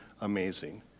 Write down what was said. amazing